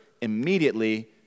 immediately